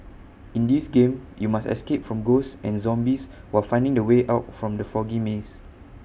in this game you must escape from ghosts and zombies while finding the way out from the foggy maze